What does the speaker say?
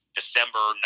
December